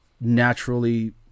naturally